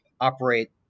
operate